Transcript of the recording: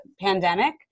pandemic